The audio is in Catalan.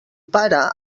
pare